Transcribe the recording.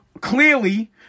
clearly